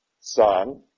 son